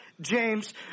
James